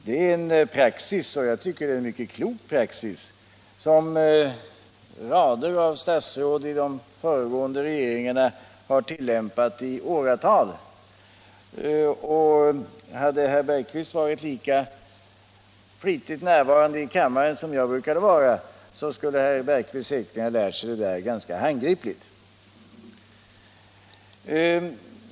Det är en, som jag tycker, mycket klok praxis, vilken rader av statsråd i de föregående regeringarna har tillämpat i åratal. Hade herr Bergqvist varit lika flitigt närvarande i kammaren som jag brukar vara skulle herr Bergqvist säkerligen också ha lärt sig detta.